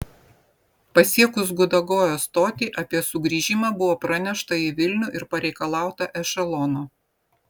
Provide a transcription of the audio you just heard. pasiekus gudagojo stotį apie sugrįžimą buvo pranešta į vilnių ir pareikalauta ešelono